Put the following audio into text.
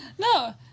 No